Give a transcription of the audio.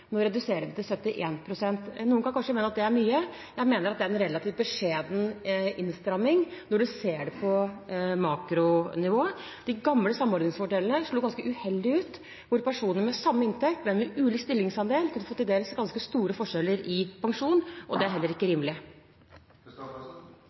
nå reduseres det til 71 pst. Noen kan kanskje mene at det er mye, men jeg mener at det er en relativt beskjeden innstramming når man ser det på makronivå. De gamle samordningsfordelene slo ganske uheldig ut – personer med samme inntekt, men med ulik stillingsandel kunne få til dels ganske store forskjeller i pensjon, og det er heller ikke